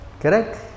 Correct